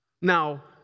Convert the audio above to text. Now